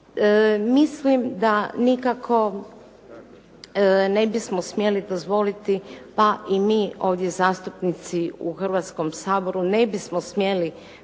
Mislim da nikako ne bismo smjeli dozvoliti pa i mi ovdje zastupnici u Hrvatskom saboru ne bismo smjeli prihvatiti